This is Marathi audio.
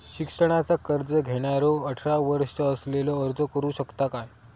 शिक्षणाचा कर्ज घेणारो अठरा वर्ष असलेलो अर्ज करू शकता काय?